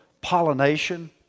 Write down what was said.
pollination